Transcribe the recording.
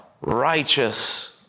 righteous